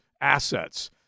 assets